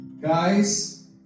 Guys